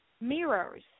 mirrors